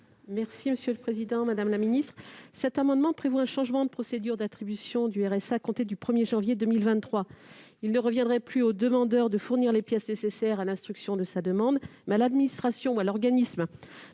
: La parole est à Mme Corinne Imbert. Cet amendement vise à prévoir un changement de procédure d'attribution du RSA à compter du 1 janvier 2023. Il ne reviendrait plus au demandeur de fournir les pièces nécessaires à l'instruction de sa demande, mais à l'administration ou à l'organisme